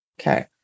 okay